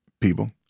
people